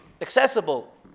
accessible